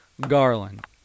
Garland